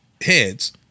heads